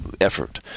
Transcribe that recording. effort